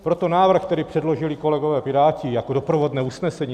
Proto návrh, který předložili kolegové Piráti jako doprovodné usnesení.